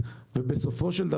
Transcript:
באוזון.